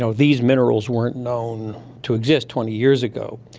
so these minerals weren't known to exist twenty years ago.